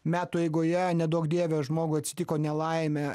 metų eigoje neduok dieve žmogui atsitiko nelaimė